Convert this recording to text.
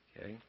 Okay